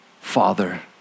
Father